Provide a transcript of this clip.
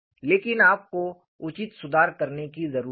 लेकिन आपको उचित सुधार करने की जरूरत है